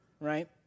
right